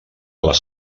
les